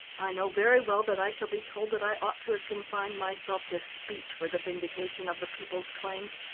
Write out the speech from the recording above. i know very well that i shall be told that i ought to have confined myself to speech for the vindication of the people's claims.